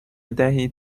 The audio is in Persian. بدهید